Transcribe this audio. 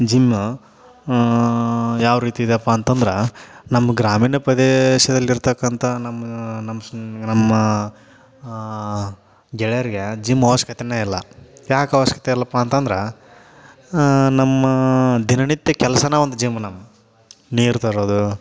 gym ಯಾವ ರೀತಿ ಇದೆಯಪ್ಪ ಅಂತಂದ್ರೆ ನಮ್ಮ ಗ್ರಾಮೀಣ ಪ್ರದೇಶದಲ್ಲಿರತಕ್ಕಂಥ ನಮ್ಮ ನಮ್ಮ ಸ್ನ್ ನಮ್ಮ ಗೆಳೆಯರಿಗೆ ಜಿಮ್ ಅವಶ್ಕತೆಯೇ ಇಲ್ಲ ಯಾಕೆ ಅವಶ್ಯಕತೆ ಇಲ್ಲಪ್ಪ ಅಂತಂದ್ರೆ ನಮ್ಮ ದಿನನಿತ್ಯ ಕೆಲ್ಸನೇ ಒಂದು ಜಿಮ್ ನಮಗೆ ನೀರು ತರೋದು